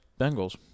Bengals